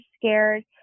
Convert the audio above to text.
scared